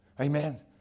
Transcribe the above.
Amen